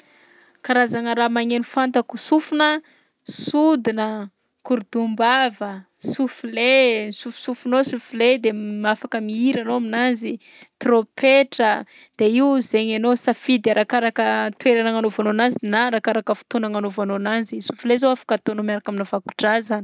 Karazagna raha magneno fantako sofina: sodina, korodombava, sofle sofisofinao sofle i de afaka mihira anao aminazy, trompetra, de io zaigny anao safidy arakaraka toerana agnanovanao anazy na arakaraka fotoana agnanovanao ananjy. Sofle zao afaka ataonao miaraka aminà vakodrazana.